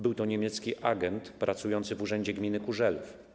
Był to niemiecki agent pracujący w urzędzie gminy Kurzelów.